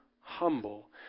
humble